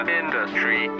industry